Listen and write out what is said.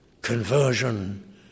Conversion